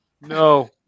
No